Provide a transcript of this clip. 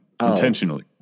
Intentionally